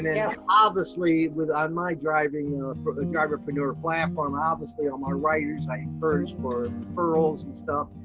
yeah obviously, with my driving you know for the driverpreneur platform, obviously, ah my riders, i'm first for referrals and stuff,